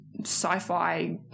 sci-fi